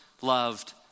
loved